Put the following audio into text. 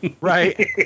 Right